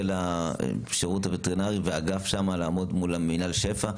השירות הווטרינרי לעמוד מול מינהל שפ"ע?